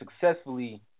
successfully